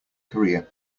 korea